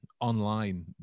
online